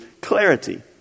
clarity